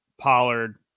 Pollard